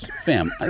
fam